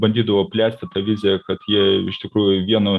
bandydavo plėsti tą viziją kad jie iš tikrųjų vienu